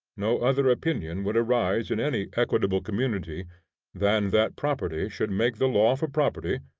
no other opinion would arise in any equitable community than that property should make the law for property,